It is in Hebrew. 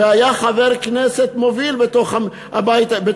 והיה חבר כנסת מוביל בתוך המפד"ל,